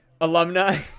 alumni